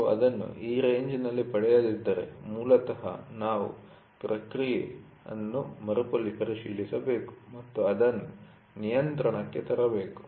ನೀವು ಅದನ್ನು ಈ ರೆಂಜ್'ನಲ್ಲಿ ಪಡೆಯದಿದ್ದರೆ ಮೂಲತಃ ನಾವು ಪ್ರಕ್ರಿಯೆಪ್ರಾಸೆಸ್ ಅನ್ನು ಮರುಪರಿಶೀಲಿಸಬೇಕು ಮತ್ತು ಅದನ್ನು ನಿಯಂತ್ರಣಕ್ಕೆ ತರಬೇಕು